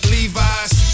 Levi's